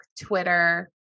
Twitter